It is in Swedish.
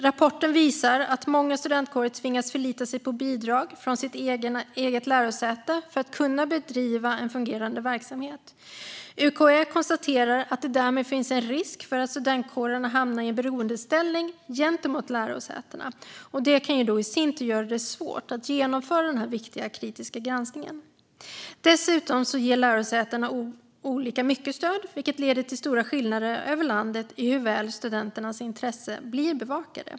Rapporten visar att många studentkårer tvingas förlita sig på bidrag från det egna lärosätet för att kunna bedriva en fungerande verksamhet. UKÄ konstaterade att det därmed finns en risk att studentkårerna hamnar i en beroendeställning gentemot lärosätena, vilket i sin tur kan göra det svårt att genomföra den viktiga kritiska granskningen. Dessutom ger lärosätena olika mycket stöd, vilket leder till stora skillnader över landet i hur väl studenternas intressen blir bevakade.